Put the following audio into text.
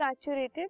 saturated